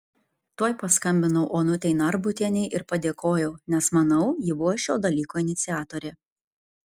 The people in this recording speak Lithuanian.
tuoj paskambinau onutei narbutienei ir padėkojau nes manau ji buvo šio dalyko iniciatorė